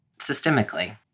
systemically